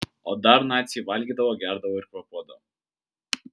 o dar naciai valgydavo gerdavo ir kvėpuodavo